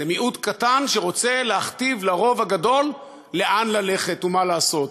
זה מיעוט קטן שרוצה להכתיב לרוב הגדול לאן ללכת ומה לעשות.